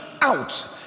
out